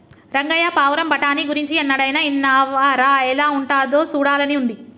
రంగయ్య పావురం బఠానీ గురించి ఎన్నడైనా ఇన్నావా రా ఎలా ఉంటాదో సూడాలని ఉంది